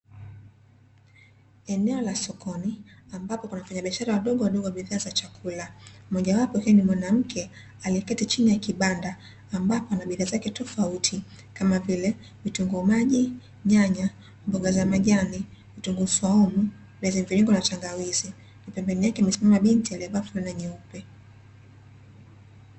Eneo la sokoni ambapo kuna wafanya biashara wadogo wadogo wa bidhaa za chakula, moja wapo huyu ni mwanamke aliyeketi chini ya kibanda ambapo anabidhaa zake tofauti kama vile; vitunguu maji, nyanya, mboga za majani, vitunguu swaumu, viazi mviringo na tangawizi pembeni yake amesimama binti aliyevaa fulana nyeupe.